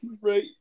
right